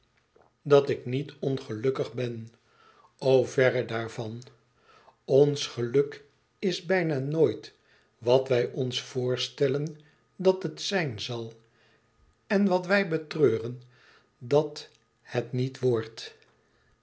dat ik niet ongelukkig ben o verre daarvan ons geluk is bijna nooit wat wij ons voorstellen dat het zijn zal en wat wij betreuren dat het niet wordt